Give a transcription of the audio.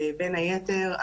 בין היתר,